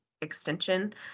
extension